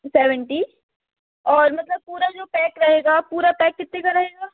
seventy और मतलब पूरा जो पैक रहेगा पूरा पैक कितने का रहेगा